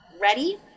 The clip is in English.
ready